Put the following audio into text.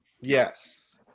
Yes